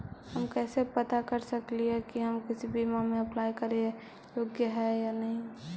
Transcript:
हम कैसे पता कर सकली हे की हम किसी बीमा में अप्लाई करे योग्य है या नही?